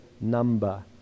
number